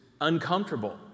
uncomfortable